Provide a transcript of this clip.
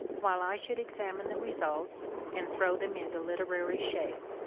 while i should examine the re sults and throw them into literary shape.